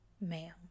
Ma'am